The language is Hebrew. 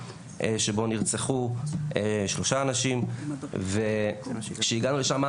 שבו נרצחו שלושה אנשים ושהגענו לשמה,